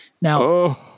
Now